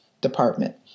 department